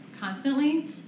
constantly